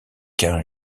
quinze